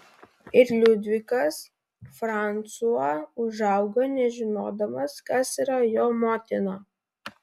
ir liudvikas fransua užaugo nežinodamas kas yra jo motina